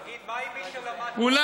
תגיד, מה עם מי שלמד תורה מגיל